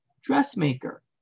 dressmaker